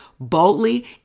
boldly